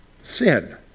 sin